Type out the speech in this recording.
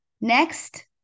Next